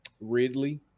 Ridley